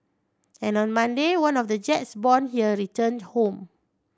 and on Monday one of the jets born here returned home